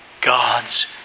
God's